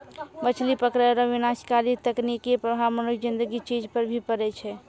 मछली पकड़ै रो विनाशकारी तकनीकी प्रभाव मनुष्य ज़िन्दगी चीज पर भी पड़ै छै